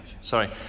sorry